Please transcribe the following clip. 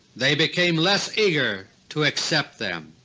they became less eager to accept them.